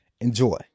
Enjoy